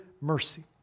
mercy